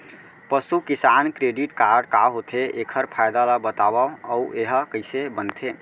पसु किसान credit card का होथे, एखर फायदा ला बतावव अऊ एहा कइसे बनथे?